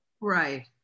right